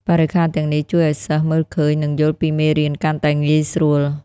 បរិក្ខារទាំងនេះជួយឱ្យសិស្សមើលឃើញនិងយល់ពីមេរៀនកាន់តែងាយស្រួល។